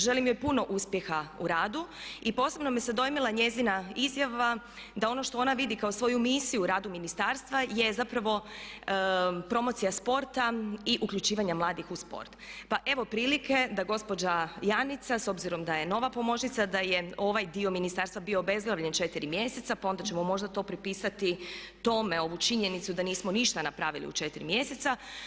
Želim joj puno uspjeha u radu i posebno me se dojmila njezina izjava da ono što ona vidi kao svoju misiju u radu ministarstva je zapravo promocija sporta i uključivanja mladih u sport pa evo prilike da gospođa Janica s obzirom da je nova pomoćnica da je ovaj dio ministarstvo bio obezglavljen 4 mjeseca pa onda ćemo možda to prepisati tome, ovu činjenicu da nismo ništa napravili u 4 mjeseca.